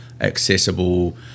accessible